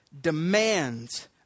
demands